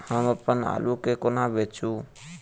हम अप्पन आलु केँ कोना बेचू?